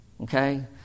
Okay